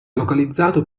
localizzato